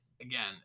Again